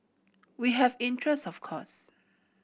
we have interest of course